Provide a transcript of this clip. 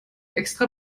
extra